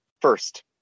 first